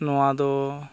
ᱱᱚᱣᱟᱫᱚ